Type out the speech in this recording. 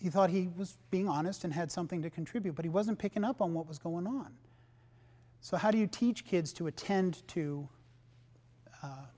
he thought he was being honest and had something to contribute but he wasn't picking up on what was going on so how do you teach kids to attend to